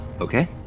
okay